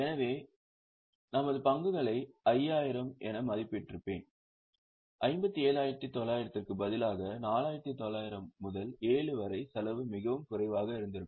எனவே எனது பங்குகளை 5000 என மதிப்பிட்டிருப்பேன் 57900 க்கு பதிலாக 4900 முதல் 7 வரை செலவு மிகவும் குறைவாக இருந்திருக்கும்